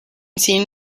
seeing